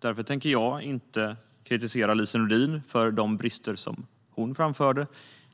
Därför tänker jag inte kritisera Lise Nordin för de brister hon framförde